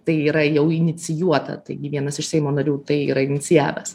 tai yra jau inicijuota taigi vienas iš seimo narių tai yra inicijavęs